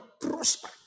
prosper